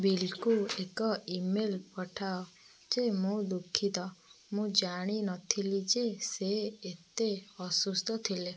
ବିଲକୁ ଏକ ଇମେଲ୍ ପଠାଅ ଯେ ମୁଁ ଦୁଃଖିତ ମୁଁ ଜାଣି ନଥିଲି ଯେ ସେ ଏତେ ଅସୁସ୍ଥ ଥିଲେ